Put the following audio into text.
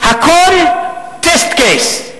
הכול test case,